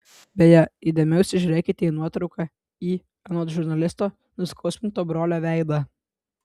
beje įdėmiau įsižiūrėkite į nuotrauką į anot žurnalisto nuskausminto brolio veidą